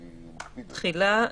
תחילה.